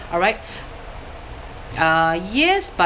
alright uh yes but